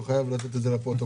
אני חייב לומר את זה לפרוטוקול.